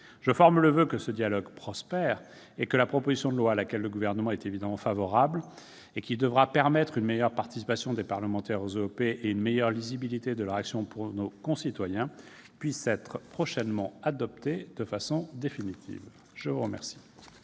Je forme le voeu que ce dialogue prospère et que la proposition de loi, à laquelle le Gouvernement est évidemment favorable et qui doit permettre une meilleure participation des parlementaires aux OEP, ainsi qu'une meilleure lisibilité de leur action pour nos concitoyens, puisse être prochainement adoptée de façon définitive. La parole